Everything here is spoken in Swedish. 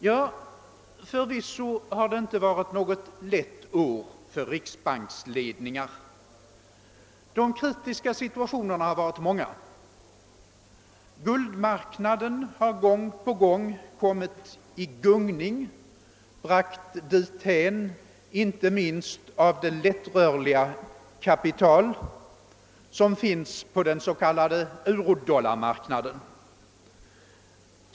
Ja, förvisso har det inte varit något lätt år för riksbanksledningar. De kritiska situationerna har varit många. Guldmarknaden har gång på gång kommit i gungning, bragt dithän inte minst av det lättrörliga kapital som finns på den s.k. eurodollarmarknaden.